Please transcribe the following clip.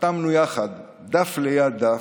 חתמנו יחד, דף ליד דף,